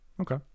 Okay